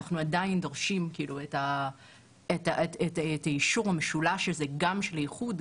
האם אנחנו עדיין דורשים את האישור המשולש הזה: גם של האיחוד,